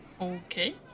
Okay